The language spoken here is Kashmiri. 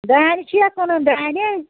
دانہِ چھُ یا کٕنُن دانہِ